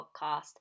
podcast